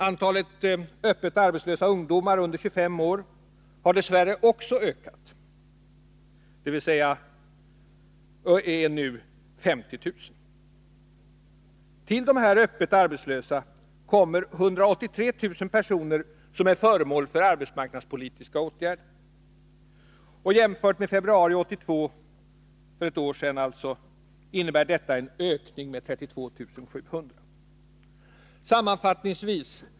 Antalet öppet arbetslösa ungdomar under 25 år har dess värre också ökat och är nu 50 000. Till dessa öppet arbetslösa kommer 183 000 personer som är föremål för arbetsmarknadspolitiska åtgärder. Jämfört med februari 1982 innebär detta en ökning med 32 700.